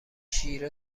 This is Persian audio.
شیر